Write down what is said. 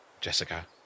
Jessica